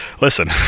listen